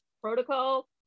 protocol